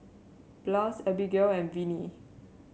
Blas Abigail and Venie